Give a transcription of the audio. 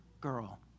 girl